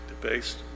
debased